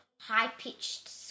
high-pitched